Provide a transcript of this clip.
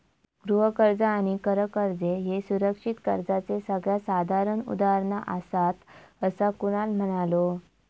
गृह कर्ज आणि कर कर्ज ह्ये सुरक्षित कर्जाचे सगळ्यात साधारण उदाहरणा आसात, असा कुणाल म्हणालो